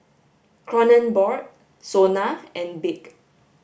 Kronenbourg SONA and BIC